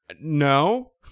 No